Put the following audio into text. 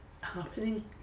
happening